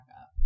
up